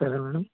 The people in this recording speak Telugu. సరే మేడం